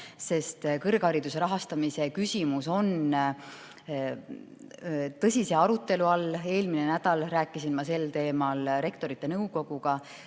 sest kõrghariduse rahastamise küsimus on tõsise arutelu all. Eelmine nädal rääkisin ma sel teemal Rektorite Nõukoguga,